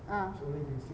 ah